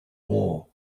war